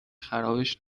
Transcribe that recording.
خرابش